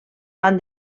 van